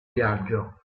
viaggio